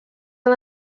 han